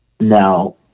Now